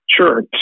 Sure